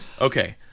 Okay